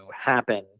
happen